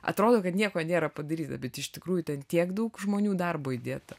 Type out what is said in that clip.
atrodo kad nieko nėra padaryta bet iš tikrųjų ten tiek daug žmonių darbo įdėta